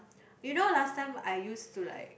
you know last time I use to like